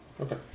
Okay